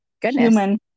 human